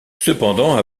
cependant